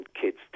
kids